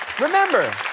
Remember